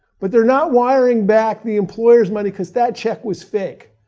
but they're not wiring back the employer's money because that check was fake.